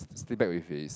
sleep back with his